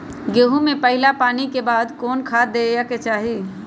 गेंहू में पहिला पानी के बाद कौन खाद दिया के चाही?